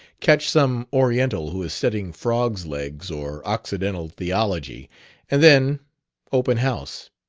catch some oriental who is studying frogs' legs or occidental theology and then open house.